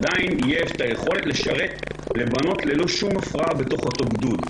עדיין יש את היכולת לשרת לבנות ללא שום הפרעה בתוך אותו גדוד.